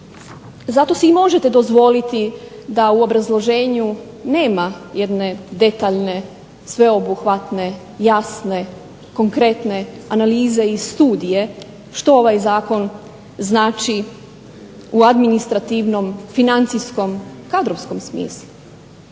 Zato si i možete dozvoliti da u obrazloženju nema jedne detaljne, sveobuhvatne, jasne, konkretne analize i studije što ovaj Zakon znači u administrativnom, financijskom, kadrovskom smislu.